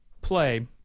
play